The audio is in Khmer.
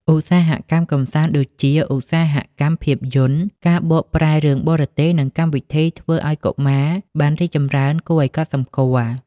ឧស្សាហកម្មកម្សាន្តដូចជាឧស្សាហកម្មភាពយន្ត ការបកប្រែរឿងបរទេស និងកម្មវិធីធ្វើឲ្យកុមារបានរីកចម្រើនគួរឲ្យកត់សម្គាល់។